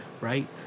right